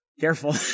careful